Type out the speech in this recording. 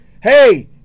Hey